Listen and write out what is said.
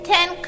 Ten